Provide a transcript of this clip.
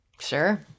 sure